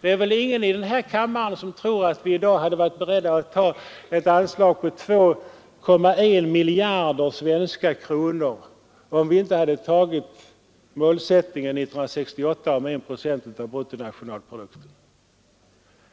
Det är väl ingen i den här kammaren som tror att vi i dag skulle ha varit beredda att ta ett anslag på 2,1 miljarder svenska kronor om vi inte 1968 hade fastställt målsättningen 1 procent av bruttonationalprodukten.